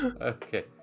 okay